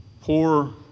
poor